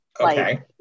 Okay